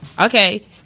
okay